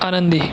आनंदी